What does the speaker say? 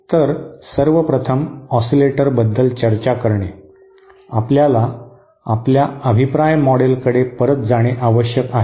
तर सर्वप्रथम ऑसीलेटर बद्दल चर्चा करणे आपल्याला आपल्या अभिप्राय मॉडेलकडे परत जाणे आवश्यक आहे